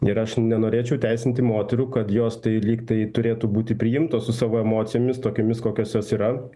ir aš nenorėčiau teisinti moterų kad jos tai lygtai turėtų būti priimtos su savo emocijomis tokiomis kokios jos yra